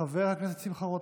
חבר הכנסת שמחה רוטמן,